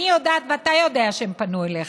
אני יודעת ואתה יודע שהם פנו אליך,